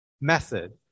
method